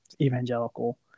evangelical